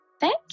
Thank